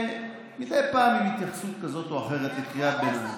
ומדי פעם עם התייחסות כזו או אחרת לקריאת ביניים.